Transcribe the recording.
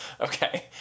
Okay